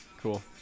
Cool